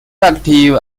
active